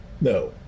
no